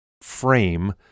frame